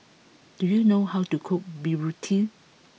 do you know how to cook Burrito